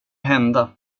hända